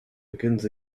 begins